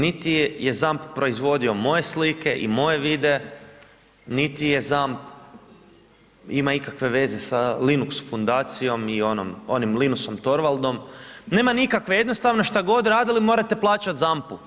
Niti je ZAMP proizvodio moje slike i moje videe, niti je ZAMP ima ikakve veze sa Linux fundacijom i onim Linusom Torvaldsom, nema nikakve jednostavno šta god radili morate plaćati ZAMP-u.